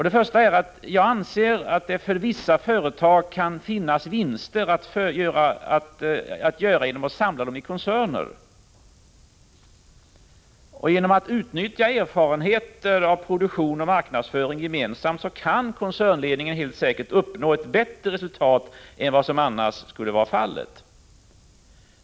Den första är att jag anser att det för vissa företag kan finnas vinster att göra genom att man samlar dem i koncerner. Genom att utnyttja företagens gemensamma erfarenheter av produktion och marknadsföring kan en koncernledning helt säkert uppnå ett bättre resultat än vad som annars skulle vara fallet.